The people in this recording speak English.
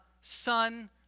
son